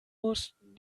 mussten